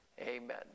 amen